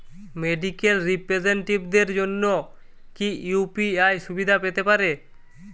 Medical রিপ্রেজন্টেটিভদের জন্য কি ইউ.পি.আই সুবিধা পেতে পারে?